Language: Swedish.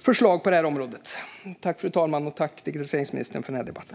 förslag på området. Jag tackar digitaliseringsministern för debatten.